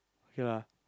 okay lah